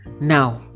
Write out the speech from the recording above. now